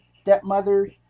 stepmothers